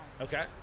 Okay